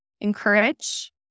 encourage